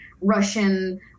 russian